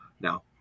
Now